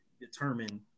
determine